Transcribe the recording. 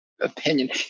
Opinion